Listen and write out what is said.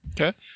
Okay